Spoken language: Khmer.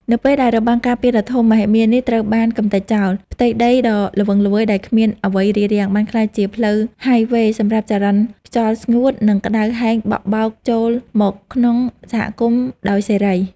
នៅពេលដែលរបាំងការពារដ៏ធំមហិមានេះត្រូវបានកម្ទេចចោល ផ្ទៃដីដ៏ល្វឹងល្វើយដែលគ្មានអ្វីរារាំង បានក្លាយជាផ្លូវហាយវ៉េសម្រាប់ចរន្តខ្យល់ស្ងួត និងក្ដៅហែងបក់បោកចូលមកក្នុងសហគមន៍ដោយសេរី។